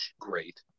great